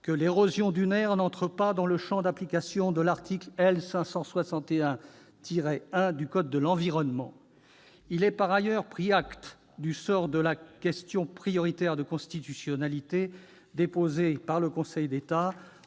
que l'érosion dunaire n'entrait pas dans le champ d'application de l'article L. 561-1 du code de l'environnement. Il est par ailleurs pris acte du sort de la question prioritaire de constitutionnalité déposée par le Conseil d'État,